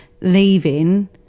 leaving